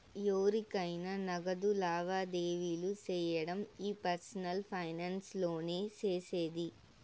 ఎవురికైనా నగదు లావాదేవీలు సేయడం ఈ పర్సనల్ ఫైనాన్స్ లోనే సేసేది